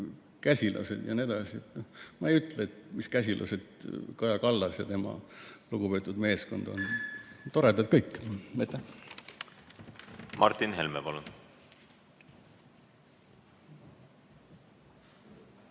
käsilased, ja nii edasi. Ma ei ütle, mis käsilased Kaja Kallas ja tema lugupeetud meeskond on. Toredad kõik. Aitäh! Martin Helme, palun!